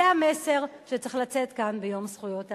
זה המסר שצריך לצאת כאן ביום זכויות האדם.